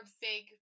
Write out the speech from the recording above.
big